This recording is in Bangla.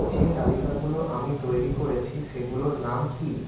যে তালিকাগুলো আমি তৈরি করেছি সেগুলোর নাম কী